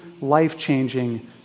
life-changing